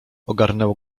ogarnęło